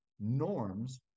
norms